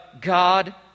God